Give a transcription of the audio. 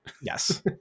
yes